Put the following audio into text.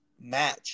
match